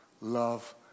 love